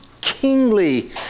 kingly